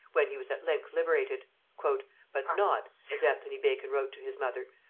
when he was at length liberated but not, as anthony bacon wrote to his mother,